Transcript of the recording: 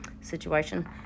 situation